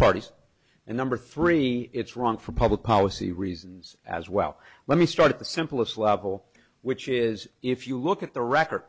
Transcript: parties and number three it's wrong for public policy reasons as well let me start at the simplest level which is if you look at the record